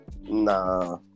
Nah